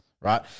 right